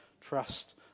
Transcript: trust